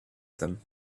them